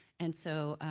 and so,